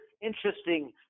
interesting